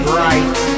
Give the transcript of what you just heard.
right